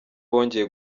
bongeye